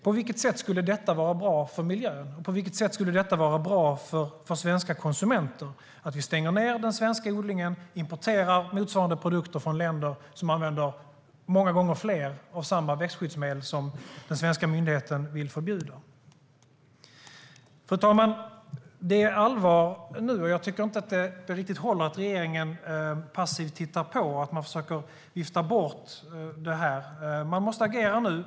På vilket sätt skulle detta vara bra för miljön, och på vilket sätt skulle det vara bra för svenska konsumenter att vi stänger ned den svenska odlingen och importerar motsvarande produkter från länder som använder många gånger mer av samma växtskyddsmedel som den svenska myndigheten vill förbjuda? Fru talman! Det är allvar nu, och jag tycker inte att det riktigt håller att regeringen passivt tittar på och försöker vifta bort det här. Man måste agera nu.